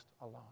alone